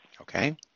Okay